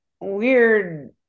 weird